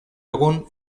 egun